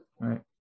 Right